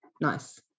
Nice